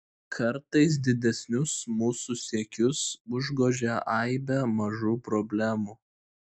kartais didesnius mūsų siekius užgožia aibė mažų problemų